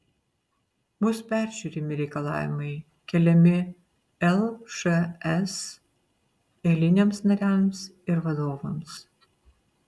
bus peržiūrimi reikalavimai keliami lšs eiliniams nariams ir vadovams